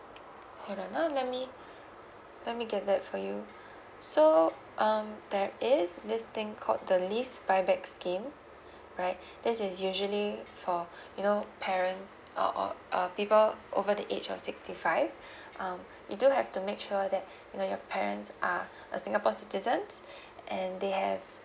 hang on ah let me let me get that for you so um there is this thing called the lease buyback scheme right this is usually for you know parents or or uh people over the age of sixty five um you do have to make sure that you know your parents are a singapore citizen and they have